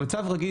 במצב רגיל,